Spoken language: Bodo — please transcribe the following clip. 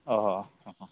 अ अ